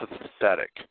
pathetic